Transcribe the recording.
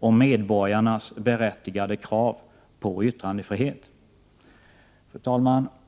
och medborgarnas berättigade krav på yttrandefrihet. Fru talman!